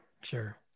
Sure